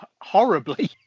horribly